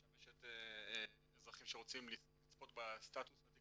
משמשת אנשים שרוצים לצפות בסטטוס התיק